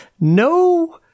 No